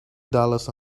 dollars